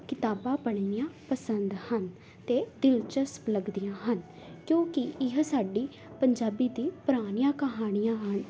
ਕਿਤਾਬਾਂ ਪੜ੍ਹਨੀਆਂ ਪਸੰਦ ਹਨ ਅਤੇ ਦਿਲਚਸਪ ਲੱਗਦੀਆਂ ਹਨ ਕਿਉਂਕਿ ਇਹ ਸਾਡੀ ਪੰਜਾਬੀ ਦੀ ਪੁਰਾਣੀਆਂ ਕਹਾਣੀਆਂ ਹਨ